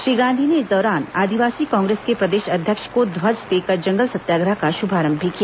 श्री गांधी ने इस दौरान आदिवासी कांग्रेस के प्रदेश अध्यक्ष को ध्वज देकर जंगल सत्याग्रह का शुभारंभ भी किया